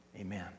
amen